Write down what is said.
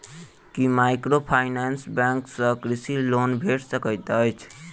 की microfinance bank सँ कृषि loan भेटि सकैत अछि?